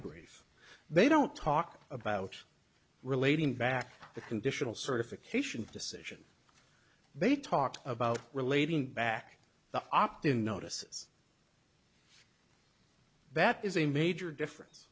brief they don't talk about relating back the conditional certification decision they talked about relating back the opt in notices that is a major difference